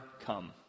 come